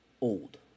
old